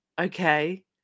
Okay